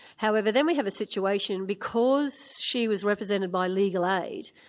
however, then we have a situation, because she was represented by legal aid,